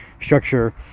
structure